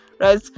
right